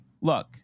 look